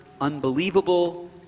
unbelievable